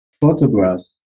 photographs